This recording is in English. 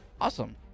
Awesome